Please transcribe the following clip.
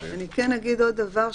אני כן אגיד עוד דבר,